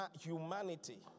humanity